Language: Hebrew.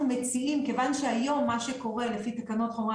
כיוון שהיום מה שקורה לפי תקנות חומרי